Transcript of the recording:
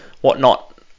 whatnot